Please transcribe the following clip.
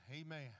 Amen